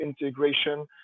integration